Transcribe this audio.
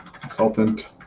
consultant